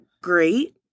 great